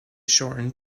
shortened